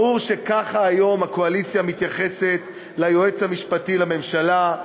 ברור שככה הקואליציה מתייחסת כיום ליועץ המשפטי לממשלה,